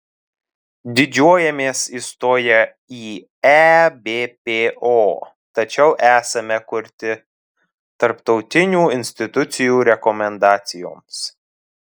didžiuojamės įstoję į ebpo tačiau esame kurti tarptautinių institucijų rekomendacijoms